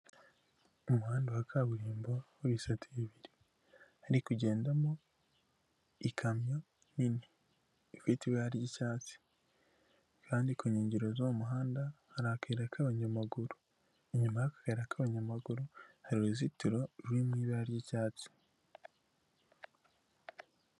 Umuhanda wa kaburimbo w'ibisate bibiri hari kugendamo ikamyo nini ifite ibara ry'icyatsi, kandi ku nkengero zo mu muhanda harikera k'abanyamaguru inyuma y'ako kayira k'abanyamaguru hari uruzitiro ruri mu ibara ry'icyatsi.